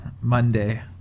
Monday